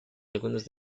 algunos